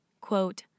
quote